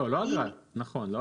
לא אגרה.